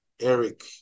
Eric